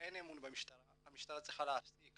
אין אמון במשטרה, המשטרה צריכה להפסיק